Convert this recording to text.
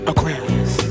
Aquarius